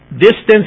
distance